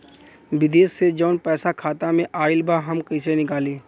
विदेश से जवन पैसा खाता में आईल बा हम कईसे निकाली?